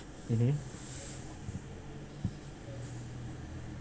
mmhmm